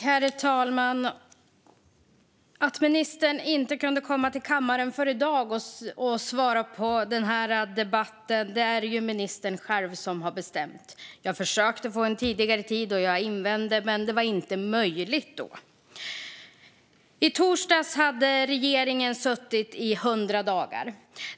Herr talman! Att ministern inte kunde komma till kammaren för den här debatten förrän i dag är det ju ministern själv som har bestämt. Jag kom med invändningar och försökte få en tidigare tid, men det var inte möjligt. I torsdags hade regeringen suttit i 100 dagar.